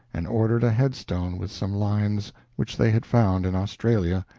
and ordered a headstone with some lines which they had found in australia,